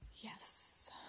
Yes